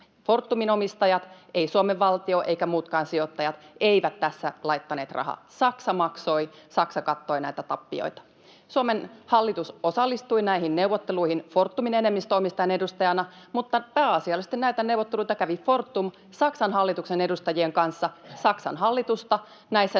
laittaneet rahaa, ei Suomen valtio eivätkä muutkaan sijoittajat. Saksa maksoi, Saksa kattoi näitä tappioita. Suomen hallitus osallistui näihin neuvotteluihin Fortumin enemmistöomistajan edustajana, mutta pääasiallisesti näitä neuvotteluita kävi Fortum Saksan hallituksen edustajien kanssa. Saksan hallitusta näissä neuvotteluissa